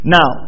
Now